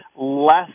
less